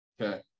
okay